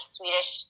Swedish